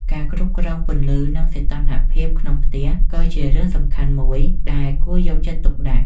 ការគ្រប់គ្រងពន្លឺ និងសីតុណ្ហភាពក្នុងផ្ទះក៏ជារឿងសំខាន់មួយដែលគួរយកចិត្តទុកដាក់។